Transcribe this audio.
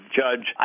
judge